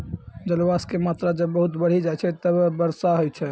जलवाष्प के मात्रा जब बहुत बढ़ी जाय छै तब वर्षा होय छै